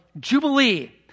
Jubilee